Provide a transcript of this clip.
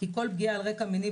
כל פגיעה על רקע מיני,